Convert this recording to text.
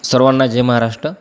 सर्वांना जय महाराष्ट्र